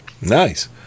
Nice